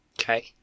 Okay